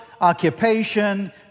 occupation